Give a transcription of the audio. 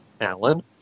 Alan